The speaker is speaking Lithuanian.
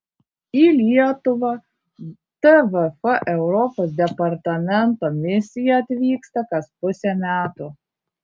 į lietuvą tvf europos departamento misija atvyksta kas pusę metų